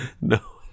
No